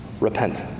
repent